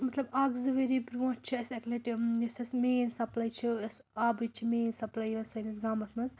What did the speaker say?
مطلب اَکھ زٕ ؤری برٛونٛٹھ چھِ اَسہِ اَکہِ لَٹہِ یۄس اَسہِ مین سَپلَے چھِ یۄس آبٕچ چھِ مین سَپلَے یۄس سٲنِس گامَس منٛز